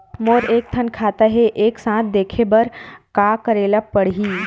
मोर के थन खाता हे एक साथ देखे बार का करेला पढ़ही?